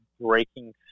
breaking